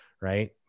Right